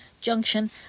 junction